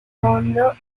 mondo